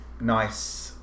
nice